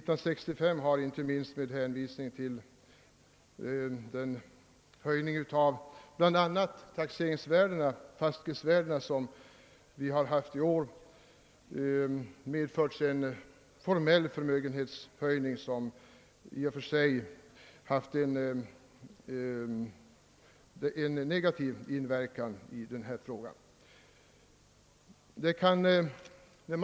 a. har höjningen av fastighetsvärdena, som genomförts i år, medfört en formell förmögenhetshöjning som i och för sig kunnat negativt inverka härvidlag.